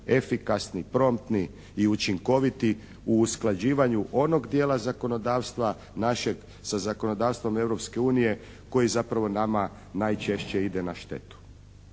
efikasni, promptni i učinkoviti u usklađivanju onog dijela zakonodavstva našeg, sa zakonodavstvom Europske unije koji zapravo nama najčešće ide na štetu.